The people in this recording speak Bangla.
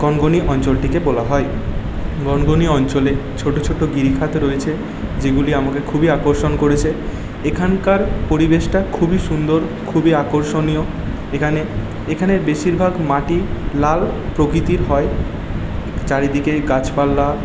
গনগনি অঞ্চলটিকে বলা হয় গনগনি অঞ্চলে ছোটো ছোটো গিরিখাত রয়েছে যেগুলি আমাকে খুবই আকর্ষণ করেছে এখানকার পরিবেশটা খুবই সুন্দর খুবই আকর্ষণীয় এখানে এখানের বেশিরভাগ মাটি লাল প্রকৃতির হয় চারিদিকে গাছপালা